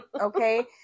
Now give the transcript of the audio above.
okay